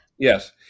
Yes